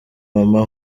mama